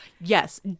Yes